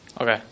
Okay